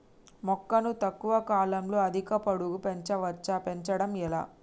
మొక్కను తక్కువ కాలంలో అధిక పొడుగు పెంచవచ్చా పెంచడం ఎలా?